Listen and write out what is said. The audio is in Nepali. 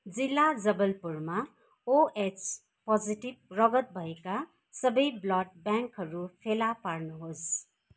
जिल्ला जबलपुरमा ओएच पोजेटिभ रगत भएका सबै ब्लड ब्याङ्कहरू फेला पार्नुहोस्